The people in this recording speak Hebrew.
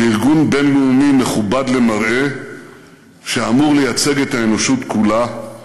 בארגון בין-לאומי מכובד למראה שאמור לייצג את האנושות כולה,